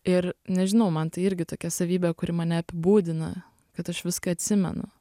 ir nežinau man tai irgi tokia savybė kuri mane apibūdina kad aš viską atsimenu